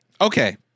Okay